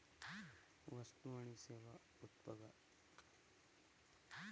वस्तु आणि सेवा उत्पादकाद्वारे दिले जातत